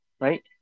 right